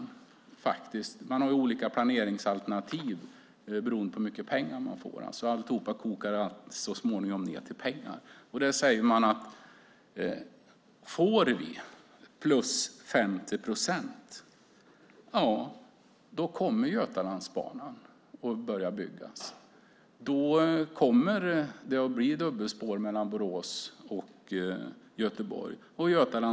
Man har olika planeringsalternativ beroende på hur mycket pengar man får. Alltihop kokar så småningom ned till pengar. Får man +50 procent kommer Götalandsbanan att börja byggas och det blir dubbelspår mellan Borås och Göteborg.